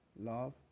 love